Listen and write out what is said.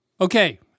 okay